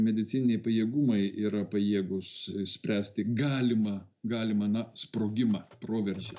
medicininiai pajėgumai yra pajėgūs išspręsti galimą galimą na sprogimą proveržį